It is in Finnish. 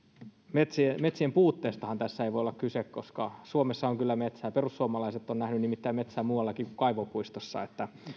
metsien metsien puutteestahan tässä ei voi olla kyse koska suomessa on kyllä metsää perussuomalaiset ovat nimittäin nähneet metsää muuallakin kuin kaivopuistossa